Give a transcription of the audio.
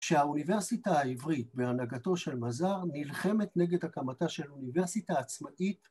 שהאוניברסיטה העברית בהנהגתו של מזר נלחמת נגד הקמתה של אוניברסיטה עצמאית